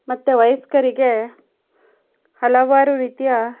ಮತ್ತೆ ವಯಸ್ಕರಿಗೆ ಹಲವಾರು ರೀತಿಯ